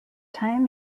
time